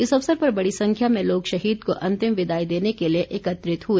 इस अवसर पर बड़ी संख्या में लोग शहीद को अंतिम विदाई देने के लिए एकत्रित हुए